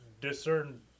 discern